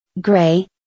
Gray